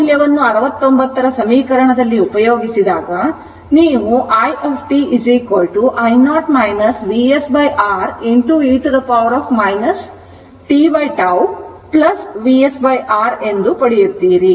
ಈ a ಮೌಲ್ಯವನ್ನು 69 ರ ಸಮೀಕರಣದಲ್ಲಿ ಉಪಯೋಗಿಸಿದಾಗ ನೀವು i t i0 VsR e t t up tτ VsR ಅನ್ನು ಪಡೆಯುತ್ತೀರಿ